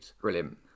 Brilliant